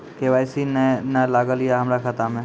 KYC ने न लागल या हमरा खाता मैं?